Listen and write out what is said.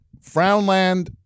Frownland